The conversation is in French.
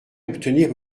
obtenir